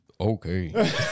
Okay